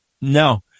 No